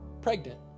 Pregnant